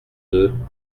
deux